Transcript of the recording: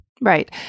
Right